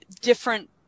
different